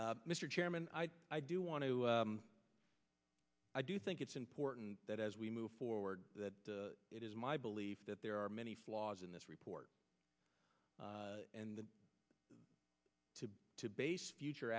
me mr chairman i do want to i do think it's important that as we move forward that it is my belief that there are many flaws in this report and to to base future